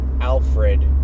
Alfred